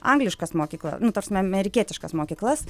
angliškas mokykla nu ta prasme amerikietiškas mokyklas